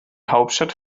hauptstadt